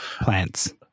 plants